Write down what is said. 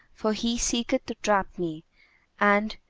for he seeketh to trap me and,